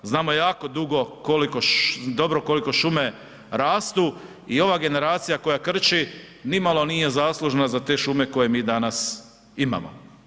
Znamo jako dugo dobro koliko šume rastu i ova generacija koja krči, nimalo nije zaslužna za te šume koje mi danas imamo.